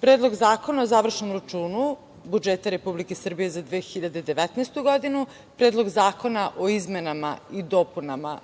Predlog zakona o završnom računu budžeta Republike Srbije za 2019. godinu, Predlog zakona o izmenama i dopunama